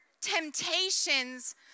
temptations